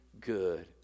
good